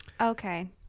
okay